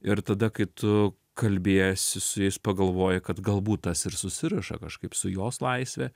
ir tada kai tu kalbiesi su jais pagalvoji kad galbūt tas ir susiriša kažkaip su jos laisve